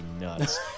nuts